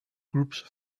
groups